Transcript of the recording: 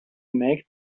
make